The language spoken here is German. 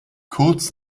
kurz